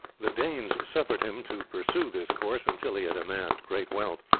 the danes suffered him to pursue this course until he had amassed great wealth,